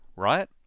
right